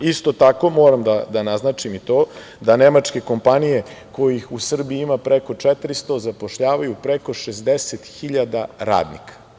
Isto tako, moram da naznačim i to da nemačke kompanije kojih u Srbiji ima preko 400, zapošljavaju preko 60.000 radnika.